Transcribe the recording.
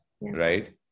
right